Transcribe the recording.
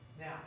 Now